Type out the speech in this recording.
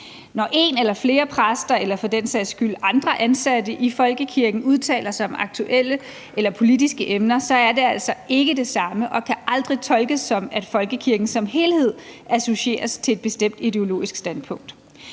Når en eller flere præster eller for den sags skyld andre ansatte i folkekirken udtaler sig om aktuelle eller politiske emner, er det altså ikke det samme som og kan aldrig tolkes sådan, at folkekirken som helhed associeres til et bestemt ideologisk standpunkt.